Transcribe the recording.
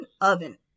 oven